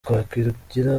twakwigira